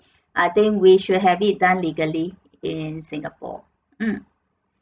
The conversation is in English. I think we should have it done legally in singapore mm